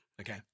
okay